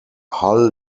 hull